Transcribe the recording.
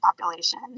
population